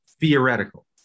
theoretical